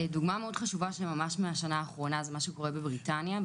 דוגמה חשובה מהשנה האחרונה זה מה שקורה בבריטניה.